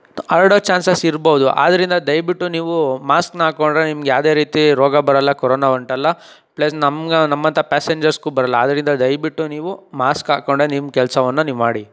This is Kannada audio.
ಹರ್ಡೊ ಚಾನ್ಸಸ್ ಇರ್ಬೋದು ಆದ್ದರಿಂದ ದಯವಿಟ್ಟು ನೀವು ಮಾಸ್ಕನ್ನ ಹಾಕ್ಕೊಂಡ್ರೆ ನಿಮಗೆ ಯಾವುದೇ ರೀತಿ ರೋಗ ಬರಲ್ಲ ಕೊರೋನಾ ಅಂಟಲ್ಲ ಪ್ಲಸ್ ನಮಗೆ ನಮ್ಮಂಥ ಪ್ಯಾಸೆಂಜರ್ಸ್ಗೂ ಬರಲ್ಲ ಆದ್ದರಿಂದ ದಯವಿಟ್ಟು ನೀವು ಮಾಸ್ಕ್ ಹಾಕ್ಕೊಂಡೇ ನಿಮ್ಮ ಕೆಲಸವನ್ನ ನೀವು ಮಾಡಿ